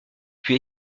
puis